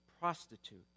prostitute